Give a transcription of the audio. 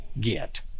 get